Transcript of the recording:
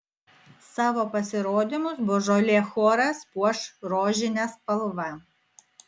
savo pasirodymus božolė choras puoš rožine spalva